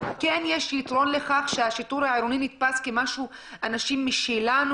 כן יש יתרון בשיטור מקומי שנתפס כאנשים משלנו,